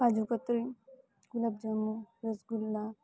કાજુકતરી gulab jamun રસગુલ્લાં